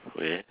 okay